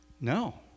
No